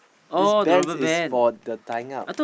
this bands is for the tying up